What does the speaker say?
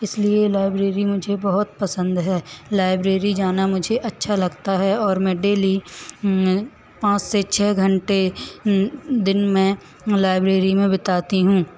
इसलिए लाइब्रेरी मुझे बहुत पसंद है लाइब्रेरी जाना मुझे अच्छा लगता है और मैं डेली पाँच से छः घंटे दिन में लाइब्रेरी में बिताती हूँ